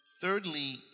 thirdly